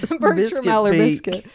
biscuit